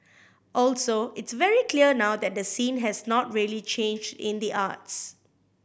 also it's very clear now that the scene has not really changed in the arts